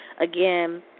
again